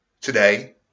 Today